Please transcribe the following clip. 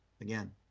again